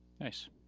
nice